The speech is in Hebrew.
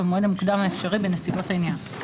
במועד המוקדם האפשרי בנסיבות העניין.